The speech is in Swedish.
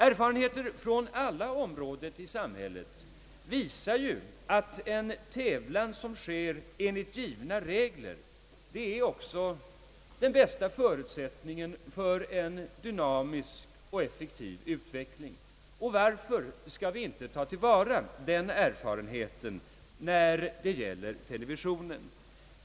Erfarenheter från alla områden i samhället visar att en fri tävlan som sker enligt givna regler är den bästa förutsättningen för en dynamisk och effektiv utveckling. Varför skall vi inte ta till vara den erfaren heten när det gäller televisionen?